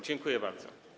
Dziękuję bardzo.